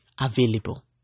available